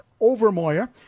Overmoyer